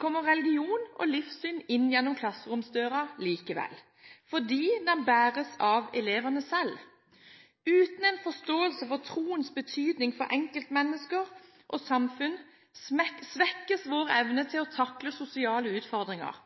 kommer religion og livssyn inn gjennom klasseromsdøren likevel, fordi den bæres av elevene selv. Uten en forståelse for troens betydning for enkeltmennesker og samfunn svekkes vår evne til å takle sosiale utfordringer,